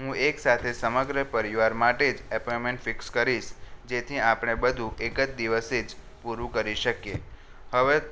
હું એક સાથે સમગ્ર પરિવાર માટે જ એપોઈમેન્ટ ફિક્સ કરીશ જેથી આપણે બધું એક જ દિવસે જ પૂરું કરી શકીએ હવે